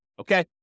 Okay